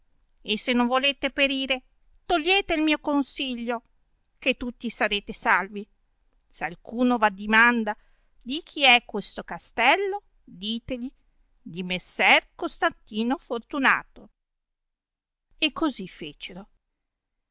e se non volete perire togliete il mio consiglio che tutti sarete salvi s alcuno v'addimanda di chi è questo castello diteli di messer costantino fortunato e così fecero